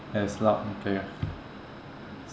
yes loud and clear